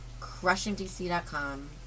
crushingdc.com